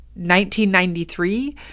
1993